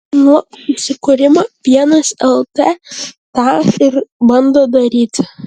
nuo įsikūrimo pienas lt tą ir bando daryti